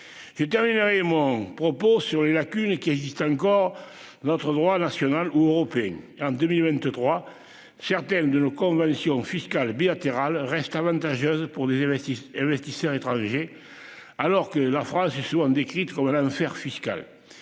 Je terminerai mon propos sur les lacunes qui existent encore notre droit national ou européen en 2023. Certaines de nos conventions fiscales bilatérales restent avantageuse pour des investissements et investisseurs étrangers. Alors que la France est souvent décrite comme un enfer fiscal.